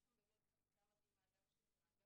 יש שם באמת עבודה מדהימה גם של ער"ן,